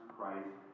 Christ